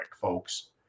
folks